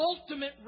ultimate